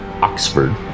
Oxford